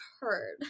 heard